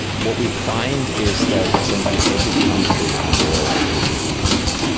what we find is that essentially every country in the world is missing some data.